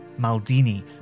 Maldini